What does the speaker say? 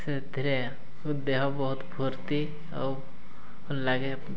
ସେଥିରେ ଦେହ ବହୁତ ଫୁର୍ତ୍ତି ଆଉ ଲାଗେ